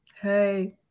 Hey